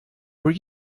were